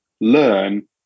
learn